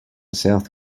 south